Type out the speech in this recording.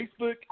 Facebook